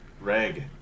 Reg